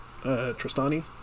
Tristani